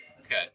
Okay